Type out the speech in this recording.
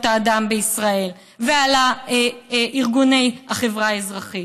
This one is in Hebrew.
האדם בישראל ועל ארגוני החברה האזרחית.